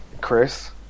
Chris